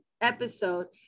episode